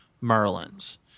Merlins